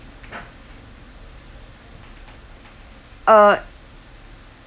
uh